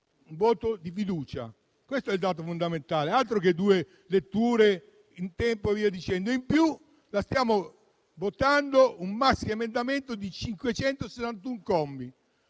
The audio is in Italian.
un voto di fiducia: questo è il dato fondamentale. Altro che due letture in tempi rapidi; in più stiamo votando un maxiemendamento di 561 commi.